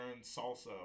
salsa